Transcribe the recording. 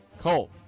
Cole